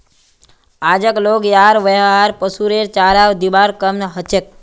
आजक लोग यार व्यवहार पशुरेर चारा दिबार काम हछेक